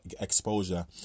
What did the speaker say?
exposure